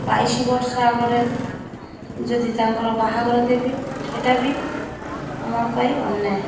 ବାଇଶି ବର୍ଷ ଆଗରେ ଯଦି ତାଙ୍କର ବାହାଘର ଦେବି ସେଟା ବି ଆମର ପାଇଁ ଅନ୍ୟାୟ